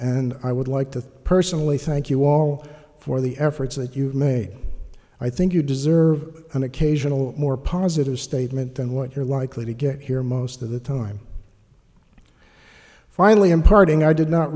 and i would like to personally thank you all for the efforts that you may i think you deserve an occasional more positive statement than what you're likely to get here most of the time finally imparting i did not